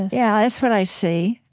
yeah, that's what i see.